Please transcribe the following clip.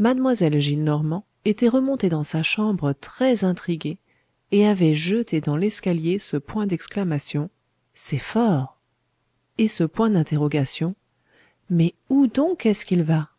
mlle gillenormand était remontée dans sa chambre très intriguée et avait jeté dans l'escalier ce point d'exclamation c'est fort et ce point d'interrogation mais où donc est-ce qu'il va